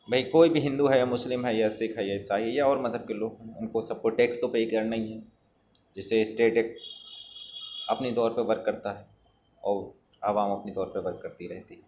بھائی کوئی بھی ہندو ہے مسلم یا سکھ ہے یا عیسائی ہے یا اور مذہب کے لوگ ان کو سب کو ٹیکس تو پے کرنا ہی ہے جسے اسٹیٹ ایک اپنی طور پہ ورک کرتا ہے اور عوام اپنی طور پہ ورک کرتی رہتی ہے